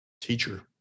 teacher